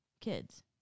kids